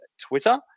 Twitter